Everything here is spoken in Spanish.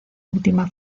última